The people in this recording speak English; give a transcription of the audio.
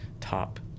top